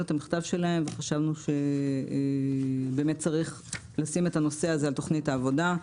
את המכתב שלהם וחשבנו שצריך לשים את הנושא על תכנית העבודה.